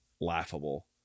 laughable